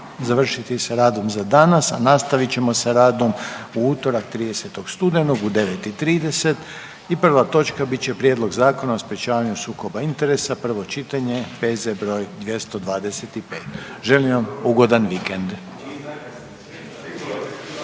završiti sa radom za danas, a nastavit ćemo sa radom u utorak 30. studenog u 9 i 30 i prva točka bit će Prijedlog Zakona o sprječavanju sukoba interesa, prvo čitanje, P.Z. broj 225. Želim vam ugodan vikend.